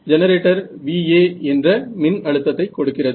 generator VA எந்த மின் அழுத்தத்தை கொடுக்கிறது